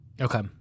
Okay